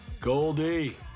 Goldie